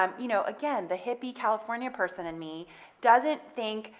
um you know, again, the hippie, california person in me doesn't think,